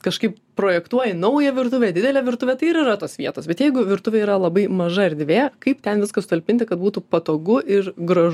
kažkaip projektuoji naują virtuvę didelę virtuvę tai ir yra tos vietos bet jeigu virtuvė yra labai maža erdvė kaip ten viską sutalpinti kad būtų patogu ir graž